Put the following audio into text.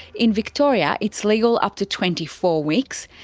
in victoria, it's legal up to twenty four weeks.